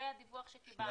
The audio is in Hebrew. זה הדיווח שקיבלתי.